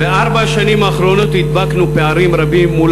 בארבע השנים האחרונות הדבקנו פערים רבים מול